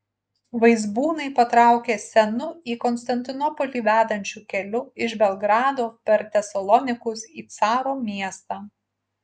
vaizbūnai patraukė senu į konstantinopolį vedančiu keliu iš belgrado per tesalonikus į caro miestą